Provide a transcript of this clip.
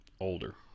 Older